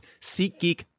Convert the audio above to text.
SeatGeek